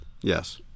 Yes